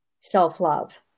self-love